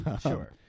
sure